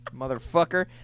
Motherfucker